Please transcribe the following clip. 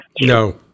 No